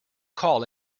call